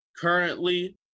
Currently